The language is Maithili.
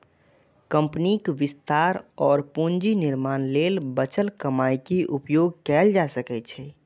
कंपनीक विस्तार और पूंजी निर्माण लेल बचल कमाइ के उपयोग कैल जा सकै छै